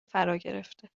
فراگرفته